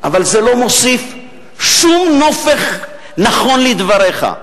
אבל זה לא מוסיף שום נופך נכון לדבריך,